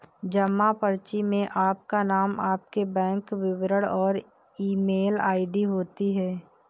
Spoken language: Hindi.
जमा पर्ची में आपका नाम, आपके बैंक विवरण और ईमेल आई.डी होती है